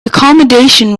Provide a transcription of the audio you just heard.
accommodation